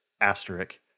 asterisk